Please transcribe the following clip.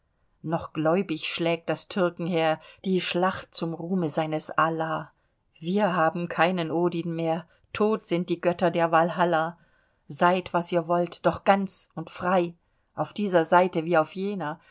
noch gläubig schlägt das türkenheer die schlacht zum ruhme seines allah wir haben keinen odin mehr tot sind die götter der walhalla seid was ihr wollt doch ganz und frei auf dieser seite wie auf jener